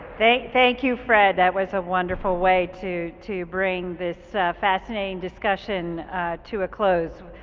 thank thank you fred. that was a wonderful way to to bring this fascinating discussion to a close.